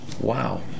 Wow